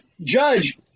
Judge